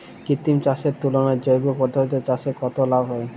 কৃত্রিম চাষের তুলনায় জৈব পদ্ধতিতে চাষে কত লাভ হয়?